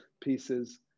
pieces